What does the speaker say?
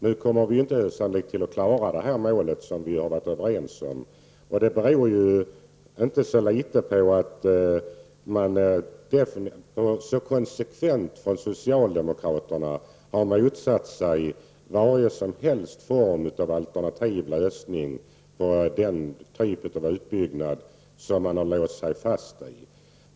Nu kommer vi sannolikt inte att klara denna målsättning, som vi har varit överens om. Det beror till inte så liten del på att man från socialdemokraternas sida så konsekvent har motsatt sig varje form av alternativlösning till den typ av utbyggnad som man har låst sig fast vid.